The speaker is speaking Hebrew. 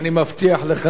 אני מבטיח לך